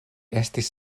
estis